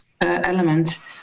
element